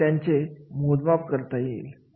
आणि त्याचे मोजमाप करता येईल